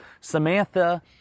Samantha